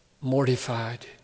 mortified